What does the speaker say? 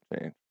change